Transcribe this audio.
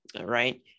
right